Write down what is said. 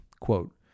Quote